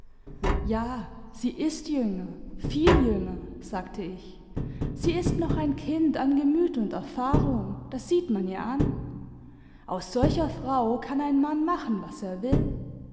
ja sie ist jünger viel jünger sagte ich sie ist noch ein kind an gemüt und erfahrung das sieht man ihr an aus solcher frau kann ein mann machen was er will